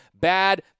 bad